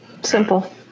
Simple